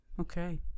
okay